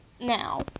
now